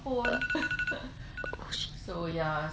oh shit